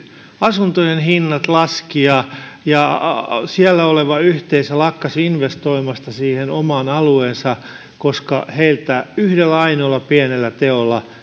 asuntojen hinnat laskivat ja ja siellä oleva yhteisö lakkasi investoimasta siihen omaan alueeseensa koska heiltä yhdellä ainoalla pienellä teolla